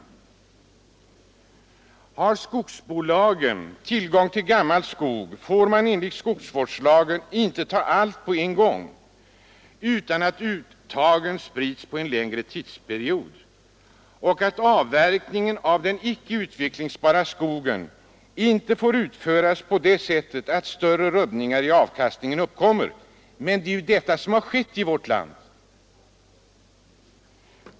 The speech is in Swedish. Har skogsbolagen tillgång till gammal skog får man enligt skogsvårdslagen inte ta allt på en gång, utan uttagen skall spridas ut på en längre tidsperiod och avverkningen av den icke utvecklingsbara skogen får inte utföras på sådant sätt att större rubbningar i avkastningen uppkommer. Men det är detta som har skett i vårt land.